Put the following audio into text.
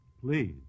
Please